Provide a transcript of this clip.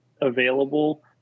available